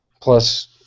Plus